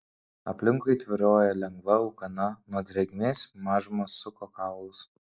aplinkui tvyrojo lengva ūkana nuo drėgmės mažumą suko kaulus